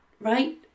right